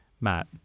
Matt